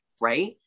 right